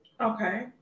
Okay